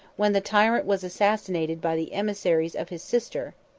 when the tyrant was assassinated by the emissaries of his sister.